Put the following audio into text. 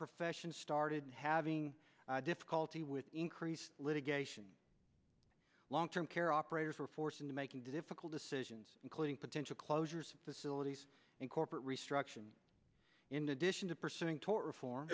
profession started having difficulty with increased litigation long term care operators were forced into making difficult decisions including potential closures facilities and corporate restriction in addition to pursuing tort reform